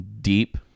deep